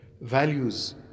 values